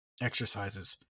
exercises